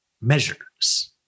measures